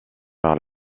par